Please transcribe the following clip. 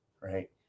right